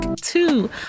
two